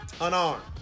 Unarmed